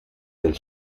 del